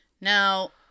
Now